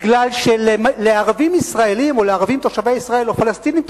מפני שלערבים ישראלים או לערבים תושבי ישראל או פלסטינים,